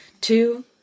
Two